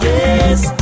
Yes